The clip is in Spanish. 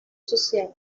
social